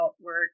work